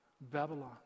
Babylon